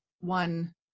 one